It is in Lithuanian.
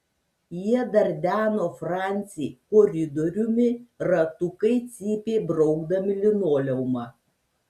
jie dardeno francį koridoriumi ratukai cypė braukdami linoleumą